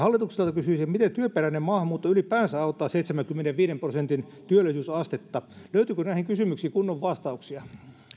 hallitukselta kysyisin miten työperäinen maahanmuutto ylipäänsä auttaa seitsemänkymmenenviiden prosentin työllisyysastetta löytyykö näihin kysymyksiin kunnon vastauksia